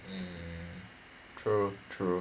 mm true true